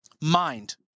mind